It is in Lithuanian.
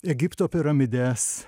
egipto piramides